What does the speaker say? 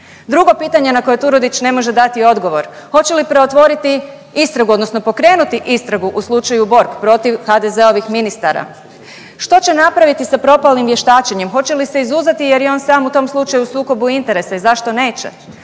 Drugo pitanje na koje Turudić ne može dati odgovor, hoće li preotvoriti istragu odnosno pokrenuti istragu u slučaju Borg protiv HDZ-ovih ministara? Što će napraviti sa propalim vještačenjem, hoće li se izuzeti jer je on sam u tom slučaju u sukobu interesa i zašto neće?